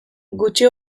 gutxi